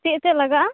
ᱪᱮᱫ ᱪᱮᱫ ᱞᱟᱜᱟᱜᱼᱟ